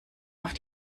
auf